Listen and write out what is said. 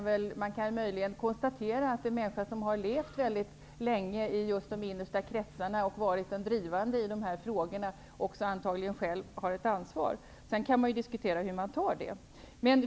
Vi kan möjligen konstatera att en människa som har levt mycket länge i de innersta kretsarna och varit den drivande i demokratifrågor antagligen själv har ett ansvar. Sedan kan det diskuteras hur man tar det ansvaret.